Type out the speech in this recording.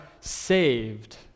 saved